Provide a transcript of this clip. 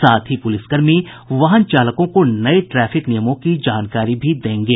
साथ ही पुलिसकर्मी वाहन चालकों को नये ट्रैफिक नियमों की जानकारी भी देंगे